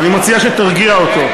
אני מציע שתרגיע אותו.